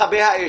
מכבי האש.